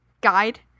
guide